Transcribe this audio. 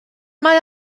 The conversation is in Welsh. mae